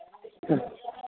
ആഹ്